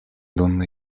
donde